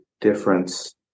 difference